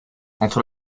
entre